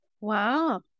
wow